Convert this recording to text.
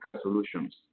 solutions